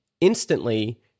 Instantly